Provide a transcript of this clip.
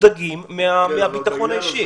מודאגים מהביטחון האישי.